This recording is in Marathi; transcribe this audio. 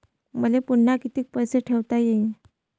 मले पुन्हा कितीक पैसे ठेवता येईन?